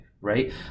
right